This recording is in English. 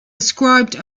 ascribed